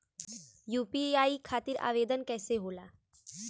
UPI खातिर आवेदन कैसे होला?